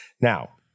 Now